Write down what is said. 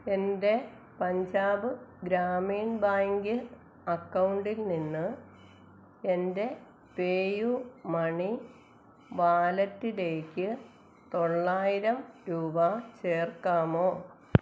എന്റെ പഞ്ചാബ് ഗ്രാമീൺ ബാങ്കിൽ അക്കൗണ്ടിൽ നിന്ന് എന്റെ പേ യു മണി വാലറ്റിലേക്ക് തൊള്ളായിരം രൂപ ചേർക്കാമോ